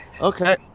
Okay